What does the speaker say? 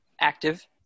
active